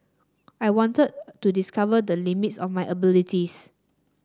I wanted to discover the limits of my abilities